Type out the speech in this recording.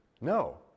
No